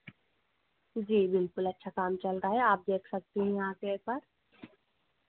जी बिल्कुल अच्छा काम चल रहा है आप देख सकती हैं आ के एक बार